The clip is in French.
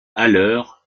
haller